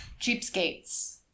Cheapskates